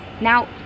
Now